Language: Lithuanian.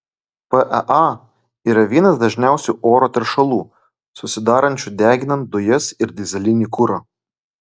paa yra vienas dažniausių oro teršalų susidarančių deginant dujas ir dyzelinį kurą